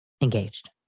engaged